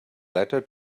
letter